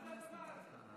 מה זה הדבר הזה?